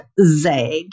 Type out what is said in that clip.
zag